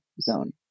zone